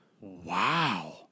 Wow